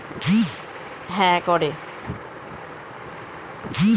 পশুপালক সম্প্রদায় ভারতের কিছু কিছু অঞ্চলে এখনো বাস করে